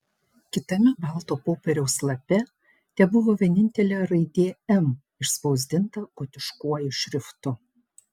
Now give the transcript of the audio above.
kitame balto popieriaus lape tebuvo vienintelė raidė m išspausdinta gotiškuoju šriftu